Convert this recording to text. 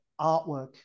artwork